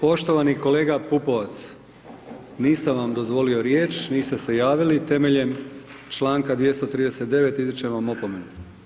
Poštovani kolega Pupovac, nisam vas dozvolio riječ, niste se javili, temeljem članka 239. izričem vam opomenu.